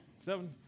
seven